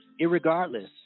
irregardless